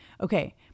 Okay